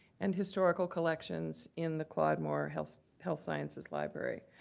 and historical collections in the claude moore health health sciences library.